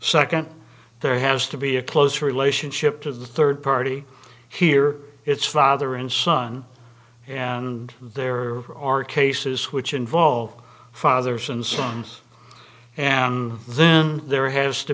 second there has to be a close relationship to the third party here it's father and son and there are cases which involve fathers and sons and then there has to